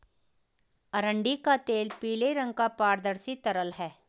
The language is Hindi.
अरंडी का तेल पीले रंग का पारदर्शी तरल है